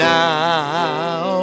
now